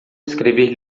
escrever